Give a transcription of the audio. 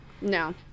no